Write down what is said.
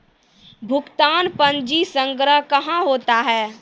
भुगतान पंजी संग्रह कहां होता हैं?